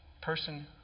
person